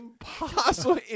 Impossible